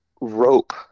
rope